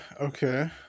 okay